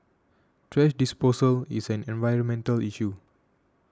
thrash disposal is an environmental issue